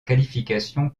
qualification